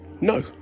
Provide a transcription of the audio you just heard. No